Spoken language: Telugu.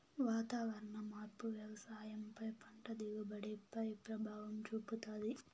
వాతావరణ మార్పు వ్యవసాయం పై పంట దిగుబడి పై ప్రభావం చూపుతాది